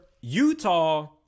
Utah